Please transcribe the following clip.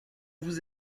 vous